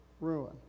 ruin